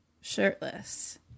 shirtless